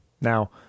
Now